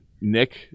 Nick